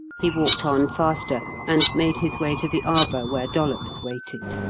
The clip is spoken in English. he walked on faster, and made his way to the arbour where dollops waited.